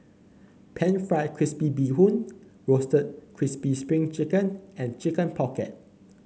pan fried crispy Bee Hoon Roasted Crispy Spring Chicken and Chicken Pocket